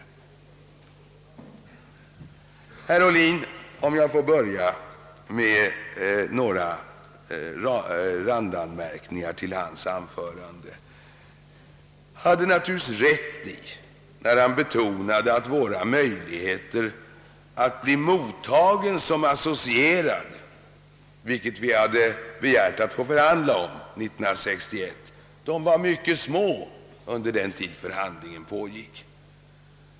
Om jag får börja med några randanmärkningar till herr Ohlins anförande, vill jag säga att han naturligtvis hade rätt, när han betonade att våra möjligheter att bli mottagna som associerad, vilket vi hade begärt att få förhandla om 1961, var mycket små under den tid förhandlingarna pågick.